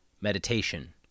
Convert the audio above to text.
meditation